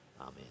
amen